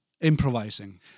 improvising